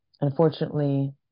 unfortunately